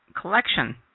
collection